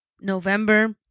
November